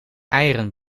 eieren